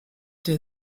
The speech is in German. der